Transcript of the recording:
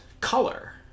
color